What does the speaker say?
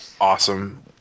awesome